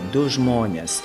du žmonės